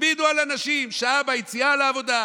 הכבידו על אנשים: שעה ביציאה לעבודה,